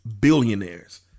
billionaires